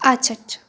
আচ্ছা আচ্ছা